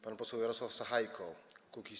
Pan poseł Jarosław Sachajko, Kukiz’15.